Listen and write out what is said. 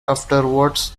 afterwards